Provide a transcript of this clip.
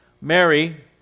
Mary